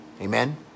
Amen